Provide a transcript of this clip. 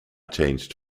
changed